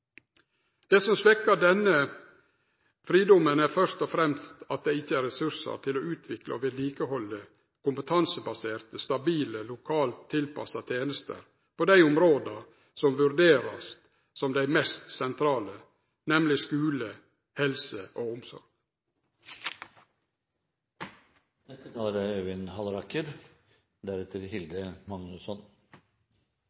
som har svekt denne fridomen er først og fremst at det ikkje er ressursar til å utvikle og vedlikehalde kompetansebaserte, stabile og lokalt tilpassa tenester på dei områda som vert sette på som dei mest sentrale, nemleg skule, helse og